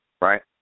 Right